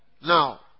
Now